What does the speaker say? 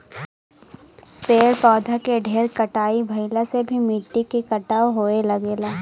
पेड़ पौधा के ढेर कटाई भइला से भी मिट्टी के कटाव होये लगेला